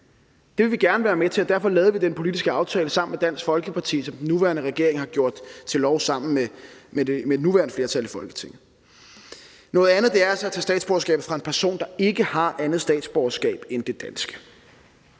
det vil vi gerne være med til, og derfor lavede vi den politiske aftale sammen med Dansk Folkeparti, som den nuværende regering har gjort til lov sammen med det nuværende flertal i Folketinget – noget andet er altså at tage statsborgerskabet fra en person, der ikke har andet statsborgerskab end det danske.